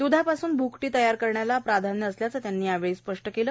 द्धापासून भ्कटी तयार करण्याला प्राधान्य असल्याचेही त्यांनी यावेळी स्पष्ट केले